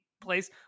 place